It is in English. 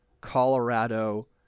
Colorado